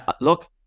look